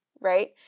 right